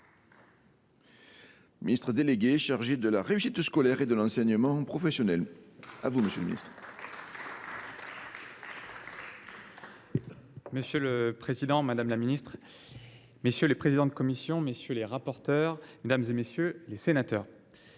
Monsieur le président, madame la ministre, messieurs les présidents de commission, messieurs les rapporteurs, mesdames, messieurs les sénateurs,